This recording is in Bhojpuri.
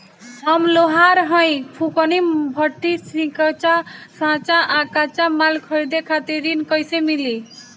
हम लोहार हईं फूंकनी भट्ठी सिंकचा सांचा आ कच्चा माल खरीदे खातिर ऋण कइसे मिली?